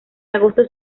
agosto